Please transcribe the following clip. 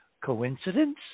coincidence